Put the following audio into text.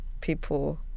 people